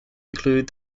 include